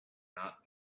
not